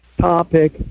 topic